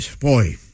Boy